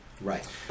Right